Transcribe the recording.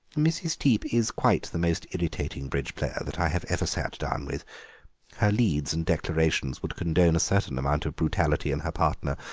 mrs. teep is quite the most irritating bridge-player that i have ever sat down with her leads and declarations would condone certain amount of brutality in her partner,